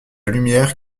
lumière